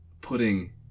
putting